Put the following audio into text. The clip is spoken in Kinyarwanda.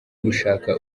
gushaka